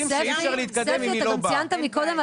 תודה שהזמנתם.